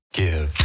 give